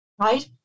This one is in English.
right